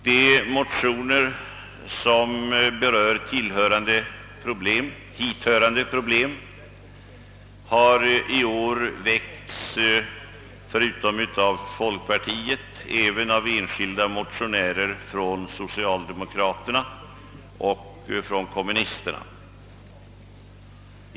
De motioner som berör hithörande problem har i år väckts, förutom av folkpartiet även av enskilda motionärer bland socialdemokraterna och bland kommunisterna.